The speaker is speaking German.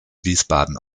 wiesbaden